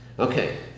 Okay